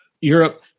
Europe